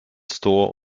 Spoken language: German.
store